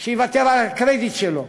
שיוותר על הקרדיט שלו.